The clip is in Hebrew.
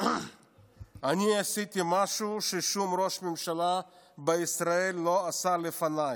מוקלט מכל זווית: "אני עשיתי משהו ששום ראש ממשלה בישראל לא עשה לפניי,